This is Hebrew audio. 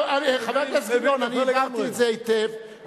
חבר הכנסת גילאון, אני הבנתי את זה היטב.